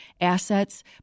assets